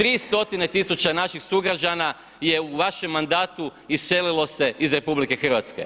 3 stotine tisuća naših sugrađana je u vašem mandatu iselilo se iz RH.